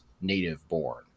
native-born